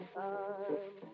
time